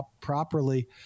properly